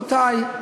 רבותי,